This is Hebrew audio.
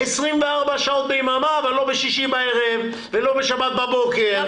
24 שעות ביממה אבל לא בשישי בערב ולא בשבת בבוקר ולא